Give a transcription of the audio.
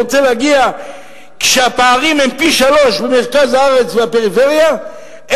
כאשר הפערים בין מרכז הארץ והפריפריה הם פי-שלושה,